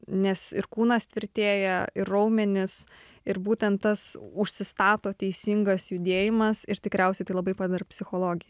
nes ir kūnas tvirtėja ir raumenys ir būtent tas užsistato teisingas judėjimas ir tikriausiai tai labai padeda ir psichologijai